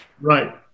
Right